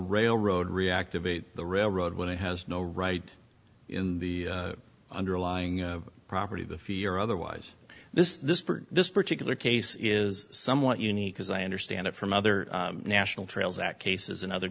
railroad reactivate the railroad when it has no right in the underlying property of the fear otherwise this this this particular case is somewhat unique as i understand it from other national trails that cases and other